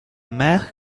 mer